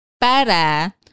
para